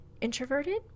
introverted